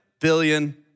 billion